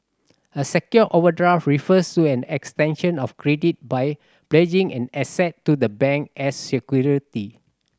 a secured overdraft refers to an extension of credit by pledging an asset to the bank as security